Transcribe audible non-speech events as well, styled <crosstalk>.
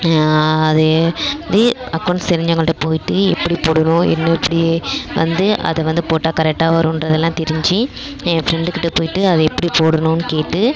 அது <unintelligible> அக்கௌண்ட்ஸ் தெரிஞ்சவங்கள்கிட்ட போய்விட்டு எப்படிப் போடணும் இன்னும் எப்படி வந்து அதை வந்து போட்டால் கரெக்ட்டாக வருன்றதெல்லாம் தெரிஞ்சு என் ஃப்ரெண்டுக்கிட்ட போய்விட்டு அதை எப்படிப் போடணும்ன்னு கேட்டு